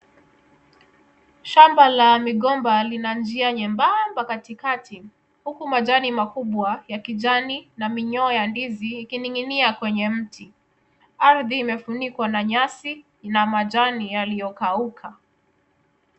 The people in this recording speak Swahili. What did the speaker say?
Shamba la migomba lina njia nyembamba katikati huku majani makubwa ya kijani na minyoo za ndizi ikining'nia kwenye mti. Ardhi imefunikwa na nyasi ina majani yaliyokauka.